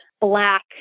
black